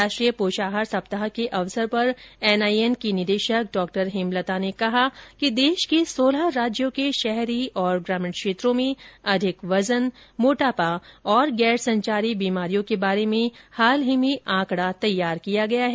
राष्ट्रीय पोषाहार सप्ताह के अवसर पर एनआईएन की निदेशक डॉ हेमलता ने कहा कि देश के सोलह राज्यों के शहरी और ग्रामीण क्षेत्रों में अधिक वजन मोटापा और गैर संचारी बीमारियों के बारे में हाल में आंकड़ा तैयार किया गया है